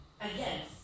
again